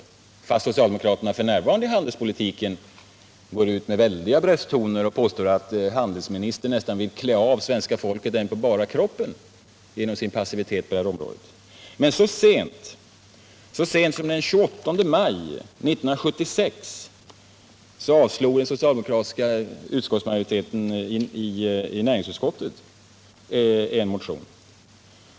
Nu använder socialdemokraterna starka brösttoner i handelspolitiken och påstår att handelsministern nästan vill klä av svenska folket inpå bara kroppen genom sin passivitet på detta område. Men så sent som den 28 maj 1976 avstyrkte den socialdemokratiska utskottsmajoriteten i näringsutskottet en motion, som jag för ordningens skull ber att få citera ur.